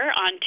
on